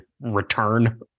return